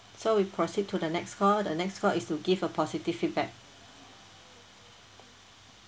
so we proceed to the next call the next call is to give a positive feedback